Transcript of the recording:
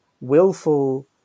willful